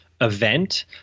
event